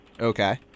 Okay